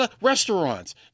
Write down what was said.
Restaurants